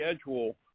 schedule